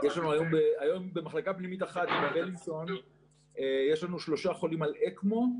יש לנו היום במחלקה פנימית אחת בבילינסון יש לנו שלושה חולים על אקמו,